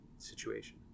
situation